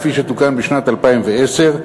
כפי שתוקן בשנת 2010,